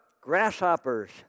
grasshoppers